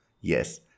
Yes